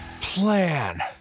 plan